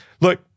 look